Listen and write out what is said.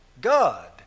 God